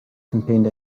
contained